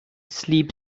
sleep